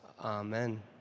Amen